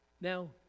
Now